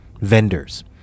vendors